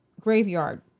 graveyard